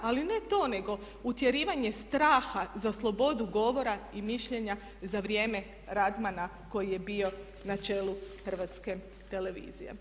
Ali ne to, nego utjerivanje straha za slobodu govora i mišljenja za vrijeme Radmana koji je bio na čelu Hrvatske televizije.